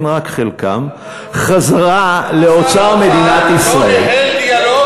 כן, רק חלקם, חזרה לאוצר מדינת ישראל.